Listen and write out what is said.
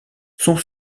son